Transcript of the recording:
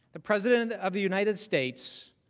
the president of the united states,